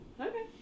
Okay